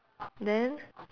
then